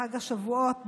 בחג השבועות,